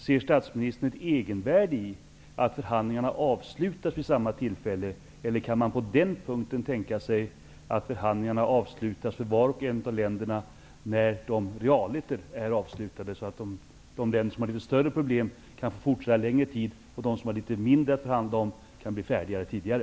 Ser statsministern ett egenvärde i att förhandlingarna avslutas vid samma tillfälle, eller kan man på den punkten tänka sig att förhandlingarna avslutas för vart och ett av länderna när de realite är avslutade, så att de länder som har större problem kan fortsätta att förhandla litet längre och de länder som har mindre att förhandla om kan bli färdiga tidigare?